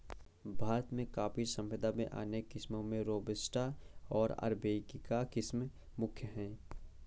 भारत में कॉफ़ी संपदा में अनेक किस्मो में रोबस्टा ओर अरेबिका किस्म प्रमुख है